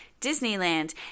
Disneyland